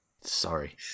Sorry